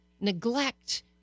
neglect